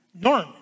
Norm